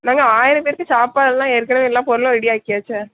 நாங்கள் ஆயிரம் பேருக்கு சாப்பாடெலாம் ஏற்கனவே எல்லாப் பொருளும் ரெடி ஆக்கியாச்சே